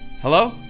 Hello